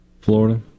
Florida